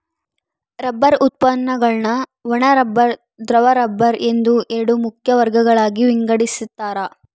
rubber ಉತ್ಪನ್ನಗುಳ್ನ ಒಣ rubber ದ್ರವ ರಬ್ಬರ್ ಎಂದು ಎರಡು ಮುಖ್ಯ ವರ್ಗಗಳಾಗಿ ವಿಂಗಡಿಸ್ತಾರ